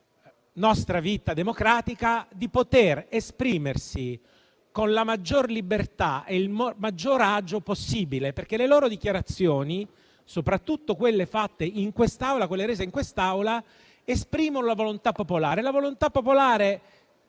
nostra vita democratica, di potersi esprimere con la maggior libertà e il maggior agio possibile, perché le loro dichiarazioni, soprattutto quelle rese in quest'Aula, esprimono la volontà popolare. La volontà popolare